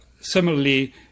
similarly